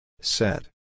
Set